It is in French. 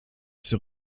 sur